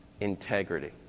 integrity